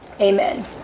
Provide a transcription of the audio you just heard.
Amen